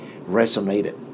resonated